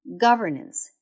governance